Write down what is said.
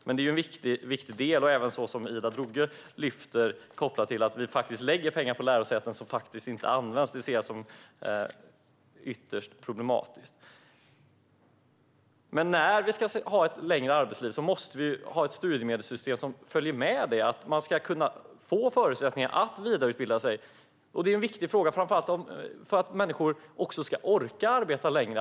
Det här är dock en viktig del tillsammans med det som Ida Drougge tog upp om att vi lägger pengar på lärosäten vilka sedan inte används. Det här ser jag som ytterst problematiskt. När vi nu ska ha ett längre arbetsliv måste studiemedelssystemet följa med. Man ska ha förutsättningar att vidareutbilda sig. Det här är en viktig fråga eftersom människor framför allt ska orka arbeta längre.